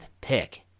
pick